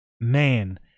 Man